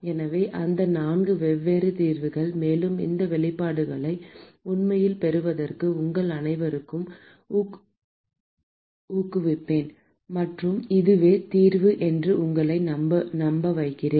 எனவே அந்த நான்கு வெவ்வேறு தீர்வுகள் மேலும் இந்த வெளிப்பாடுகளை உண்மையில் பெறுவதற்கு உங்கள் அனைவரையும் ஊக்குவிப்பேன் மற்றும் இதுவே தீர்வு என்று உங்களை நம்பவைக்கிறேன்